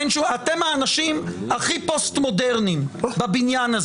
אתם האנשים הכי פוסט-מודרניים בבניין הזה.